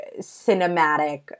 cinematic